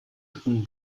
drinnen